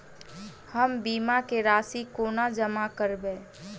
हम बीमा केँ राशि कोना जमा करबै?